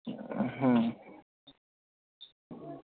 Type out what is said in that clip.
হুম